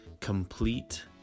complete